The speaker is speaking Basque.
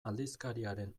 aldizkariaren